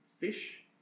fish